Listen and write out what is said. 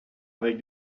avec